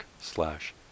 slash